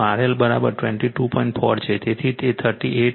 4 છે તેથી તે 38